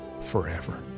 Forever